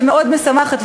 שמאוד משמחת,